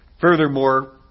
Furthermore